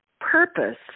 purpose